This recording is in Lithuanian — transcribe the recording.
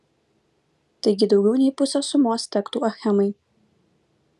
taigi daugiau nei pusė sumos tektų achemai